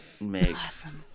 makes